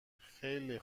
خیلی